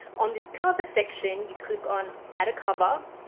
on this cover section, you click on add a cover,